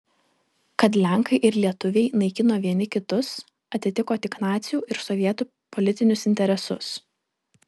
kad lenkai ir lietuviai naikino vieni kitus atitiko tik nacių ir sovietų politinius interesus